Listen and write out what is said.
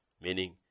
Meaning